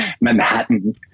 Manhattan